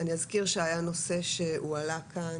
אני אזכיר שהיה נושא שהועלה כאן